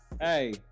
Hey